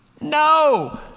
No